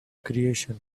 creation